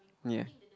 ya